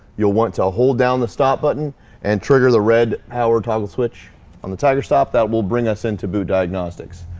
you'll want to hold down the stop button and trigger the red powered toggle switch on the tigerstop that will bring us into boot diagnostics.